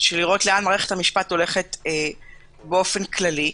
לראות לאן מערכת המשפט הולכת באופן כללי,